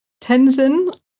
Tenzin